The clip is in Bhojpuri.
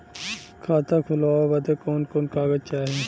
खाता खोलवावे बादे कवन कवन कागज चाही?